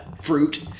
fruit